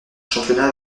championnat